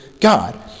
God